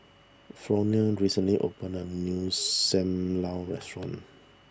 Fronie recently opened a new Sam Lau restaurant